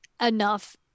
enough